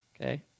Okay